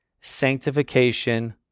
sanctification